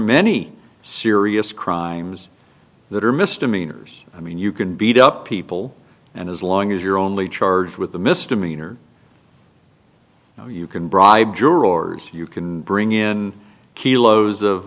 many serious crimes that are misdemeanors i mean you can beat up people and as long as you're only charged with a misdemeanor you can bribe jurors you can bring in kilos of